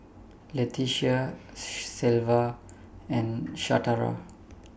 Letitia Shelva and Shatara